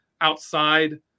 outside